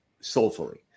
soulfully